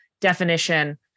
definition